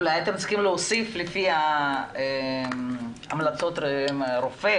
אולי אתם צריכים להוסיף לפי המלצות רופא.